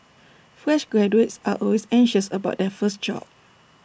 fresh graduates are always anxious about their first job